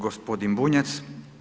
g. Bunjac.